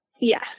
Yes